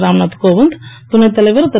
ராம்நாத் கோவிந்த் துணைத் தலைவர் திரு